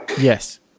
Yes